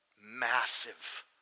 Massive